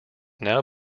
now